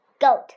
goat